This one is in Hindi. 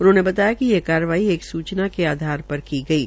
उन्होंने बताया कि ये कार्यवाही एक सूचना के आधार पर की गई है